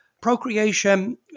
procreation